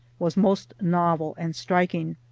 was most novel and striking.